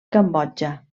cambodja